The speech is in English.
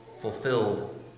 fulfilled